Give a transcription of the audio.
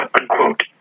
unquote